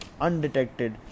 undetected